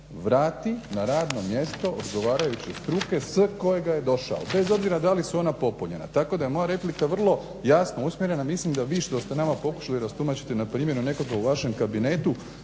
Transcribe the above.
vrati na radno mjesto odgovarajuće struke s kojega je došao bez obzira da li su ona popunjena. Tako da je moja replika vrlo jasno usmjerena, mislim da vi što ste nama pokušali rastumačiti na primjeru nekoga u vašem kabinetu